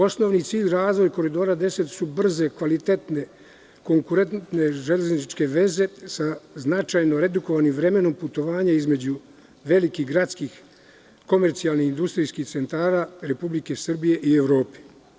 Osnovni cilj razvoja Koridora 10 su brze i kvalitetne železničke veze sa značajno redukovanim vremenom putovanja između velikih gradskih, komercijalnih, industrijskih centara Republike Srbije i Evrope.